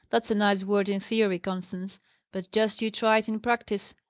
that's a nice word in theory, constance but just you try it in practice!